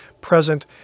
present